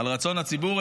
על רצון הציבור,